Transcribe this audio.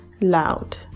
loud